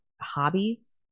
hobbies